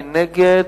מי נגד?